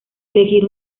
elegir